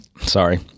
sorry